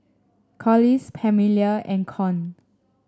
Collis Pamelia and Con